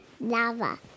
lava